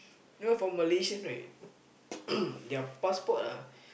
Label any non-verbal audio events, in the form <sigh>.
you know for Malaysian right <coughs> their passport ah